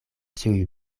ĉiuj